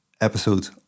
episode